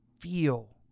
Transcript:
feel